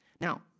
Now